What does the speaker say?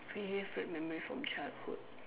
favourite memory from childhood